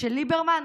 של ליברמן?